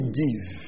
give